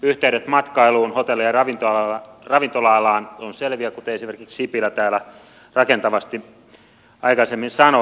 yhteydet matkailuun hotelli ja ravintola alaan ovat selviä kuten esimerkiksi sipilä täällä rakentavasti aikaisemmin sanoi